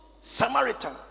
Samaritan